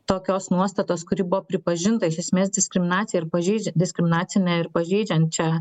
tokios nuostatos kuri buvo pripažinta iš esmės diskriminacija ir pažeidžia diskriminacinė ir pažeidžiančia